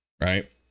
right